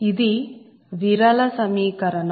ఇది విరళ సమీకరణం